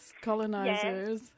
colonizers